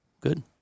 Good